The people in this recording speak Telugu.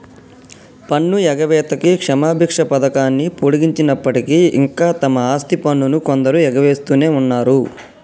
పన్ను ఎగవేతకి క్షమబిచ్చ పథకాన్ని పొడిగించినప్పటికీ ఇంకా తమ ఆస్తి పన్నును కొందరు ఎగవేస్తునే ఉన్నరు